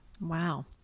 Wow